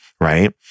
right